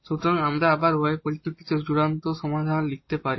সুতরাং আমরা আবার y এর পরিপ্রেক্ষিতে চূড়ান্ত সমাধান লিখতে পারি